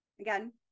Again